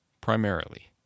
primarily